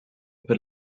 con